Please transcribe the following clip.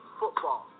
football